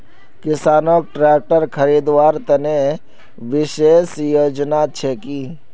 किसानोक ट्रेक्टर खरीदवार तने विशेष योजना छे कि?